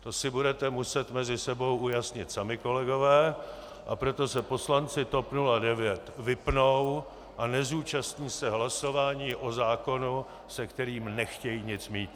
To si budete muset mezi sebou ujasnit sami, kolegové, a proto se poslanci TOP 09 vypnou a nezúčastní se hlasování o zákonu, se kterým nechtějí nic mít.